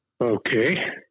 okay